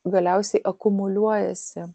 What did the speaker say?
galiausiai akumuliuojasi